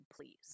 please